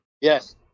yes